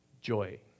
Joy